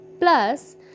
Plus